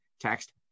Text